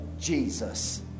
Jesus